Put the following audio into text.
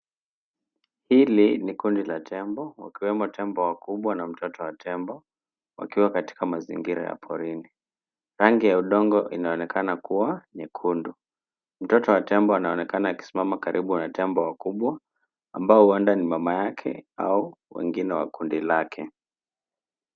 Hili ni kundi la tembo wakiwemo tembo wakubwa na mtoto wa tembo wakiwa katika mazingira ya porini. Rangi ya udongo inaonekana kuwa nyekundu. Mtoto wa tembo anaonekana akisimama karibu na tembo wakubwa ambao huenda ni mama yake au wengine wa kundi lake.